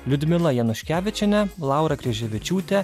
liudmila januškevičienė laura kryževičiūtė